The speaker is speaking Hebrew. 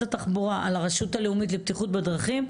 התחבורה על הרשות הלאומית בבטיחות בדרכים,